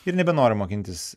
ir nebenoriu mokintis